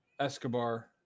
Escobar